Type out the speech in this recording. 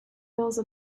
also